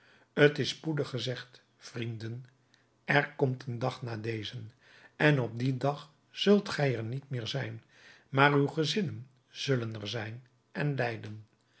t is spoedig gezegd vrienden er komt een dag na dezen en op dien dag zult gij er niet meer zijn maar uw gezinnen zullen er zijn en lijden